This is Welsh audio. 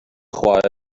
chwaer